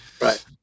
right